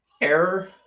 error